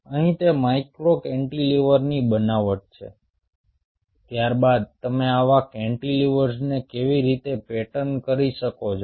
અહીં તે માઇક્રો કેન્ટિલિવરની બનાવટ છે ત્યારબાદ તમે આવા કેન્ટિલિવર્સને કેવી રીતે પેટર્ન કરી શકો છો